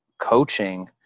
coaching